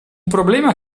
problema